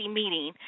meeting